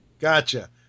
Gotcha